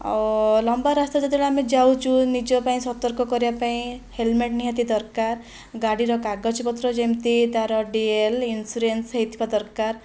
ଆଉ ଲମ୍ବା ରାସ୍ତା ଯେତେବେଳେ ଆମେ ଯାଉଛୁ ନିଜ ପାଇଁ ସତର୍କ କରିବା ପାଇଁ ହେଲମେଟ ନିହାତି ଦରକାର ଗାଡ଼ିର କାଗଜ ପତ୍ର ଯେମିତି ତାର ଡିଏଲ ଇନସୁରାନ୍ସ ହୋଇଥିବା ଦରକାର